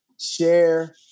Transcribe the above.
share